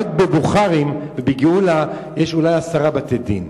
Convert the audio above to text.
רק בבוכרים ובגאולה יש אולי עשרה בתי-דין.